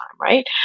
right